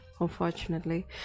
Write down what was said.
unfortunately